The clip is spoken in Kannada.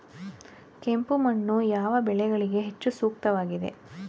ಕೆಂಪು ಮಣ್ಣು ಯಾವ ಬೆಳೆಗಳಿಗೆ ಹೆಚ್ಚು ಸೂಕ್ತವಾಗಿದೆ?